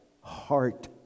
heart